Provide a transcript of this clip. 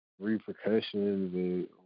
repercussions